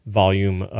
volume